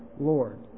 Lord